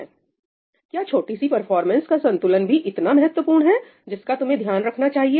विद्यार्थी क्या छोटी सी परफॉर्मेंस का संतुलन भी इतना महत्वपूर्ण है जिसक तुम्हें ध्यान रखना चाहिए